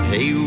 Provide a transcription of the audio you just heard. Hey